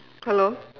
hello